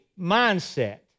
mindset